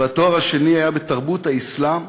והתואר השני היה בתרבות האסלאם,